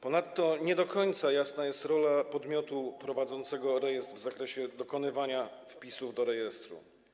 Ponadto nie do końca jasna jest rola podmiotu prowadzącego rejestr w zakresie dokonywania wpisu do rejestru.